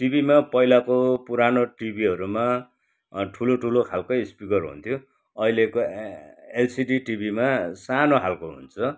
टिभीमा पहिलाको पुरानो टिभीहरूमा अँ ठुलो ठुलो खालकै स्पिकर हुन्थ्यो अहिलेको एलसिडि टिभीमा सानो खालको हुन्छ